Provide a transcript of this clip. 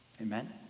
Amen